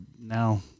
now